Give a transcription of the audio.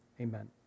Amen